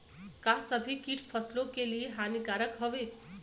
का सभी कीट फसलों के लिए हानिकारक हवें?